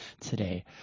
today